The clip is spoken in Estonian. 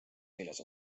milles